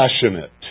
passionate